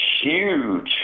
huge